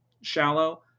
shallow